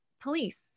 police